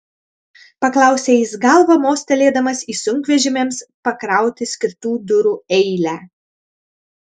paklausė jis galva mostelėdamas į sunkvežimiams pakrauti skirtų durų eilę